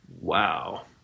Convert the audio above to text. wow